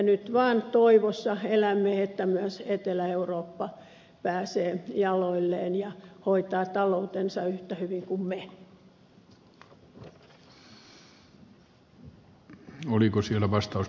nyt vaan toivossa elämme että myös etelä eurooppa pääsee jaloilleen ja hoitaa taloutensa yhtä hyvin kuin me